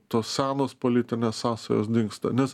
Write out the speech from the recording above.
tos senos politinės sąsajos dingsta nes